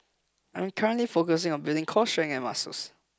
I'm currently focusing on building core strength and muscle